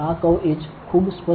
આ curve edge ખૂબ સ્પષ્ટ દેખાશે